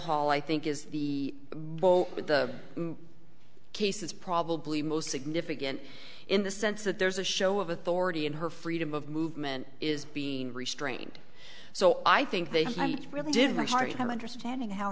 hall i think is the boat with the case is probably most significant in the sense that there's a show of authority in her freedom of movement is being restrained so i think they really did the hard time understanding how